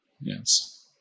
Yes